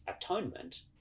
atonement